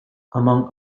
among